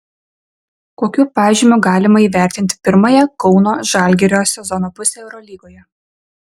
kokiu pažymiu galima įvertinti pirmąją kauno žalgirio sezono pusę eurolygoje